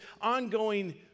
ongoing